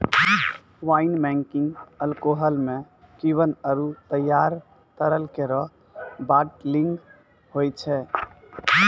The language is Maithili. वाइन मेकिंग अल्कोहल म किण्वन आरु तैयार तरल केरो बाटलिंग होय छै